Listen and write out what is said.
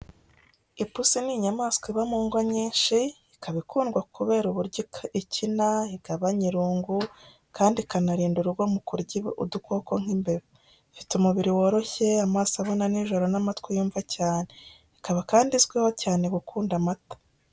Ipusi ni inyamaswa iba mu ngo nyinshi, ikaba ikundwa kubera uburyo ikina, igabanya irungu, kandi ikaba inarinda urugo mu kurya udukoko nk'imbeba. Ifite umubiri woroshye, amaso abona nijoro n'amatwi yumva cyane. Ikaba kandi izwiho cyane gukunda amata.